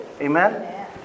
amen